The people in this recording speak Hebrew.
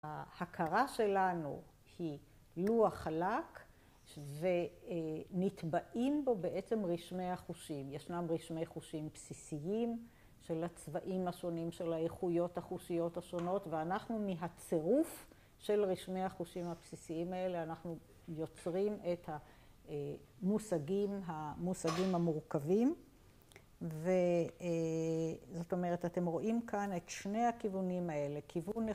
ההכרה שלנו היא לו החלק ונטבעים בו בעצם רשמי החושים. ישנם רשמי חושים בסיסיים של הצבעים השונים, של האיכויות החושיות השונות ואנחנו מהצירוף של רשמי החושים הבסיסיים האלה, אנחנו יוצרים את המושגים המורכבים. וזאת אומרת, אתם רואים כאן את שני הכיוונים האלה, כיוון אחד.